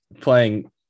playing